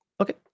Okay